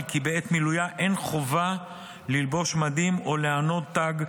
כי בעת מילויה אין חובה ללבוש מדים או לענוד תג,